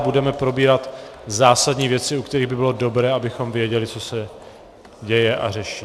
Budeme probírat zásadní věci, u kterých by bylo dobré, abychom věděli, co se děje a řeší.